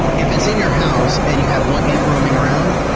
if it's in your house and you have one ant roaming around,